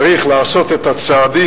צריך לעשות את הצעדים,